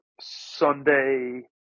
Sunday